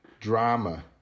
drama